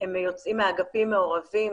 הם יוצאים מאגפים מעורבים,